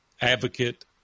advocate